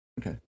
Okay